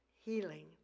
healing